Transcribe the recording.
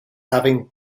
having